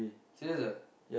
serious lah